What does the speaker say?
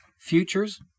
futures